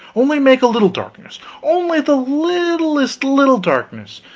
only make a little darkness only the littlest little darkness,